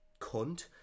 cunt